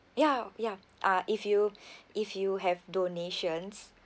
ya ya uh if you if you have donations